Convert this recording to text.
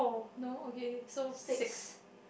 no okay so six